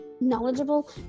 knowledgeable